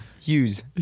Hughes